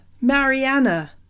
Mariana